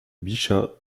bichat